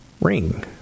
Ring